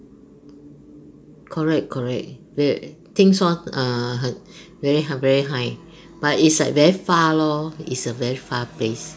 correct correct 听说 err 很 very high very high but it's like very far lor it's a very far place